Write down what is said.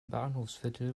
bahnhofsviertel